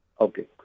Okay